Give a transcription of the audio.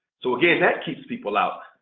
so again, that keeps people out.